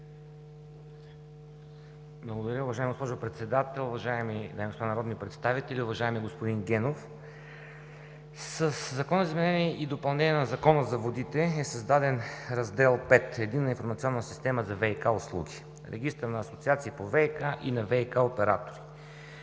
Благодаря. Уважаема госпожо Председател, уважаеми дами и господа народни представители! Уважаеми господин Генов, със Закона за изменение и допълнение на Закона за водите е създаден Раздел V „Единна информационна система за ВиК услуги, регистър на асоциации по ВиК и на ВиК оператори“,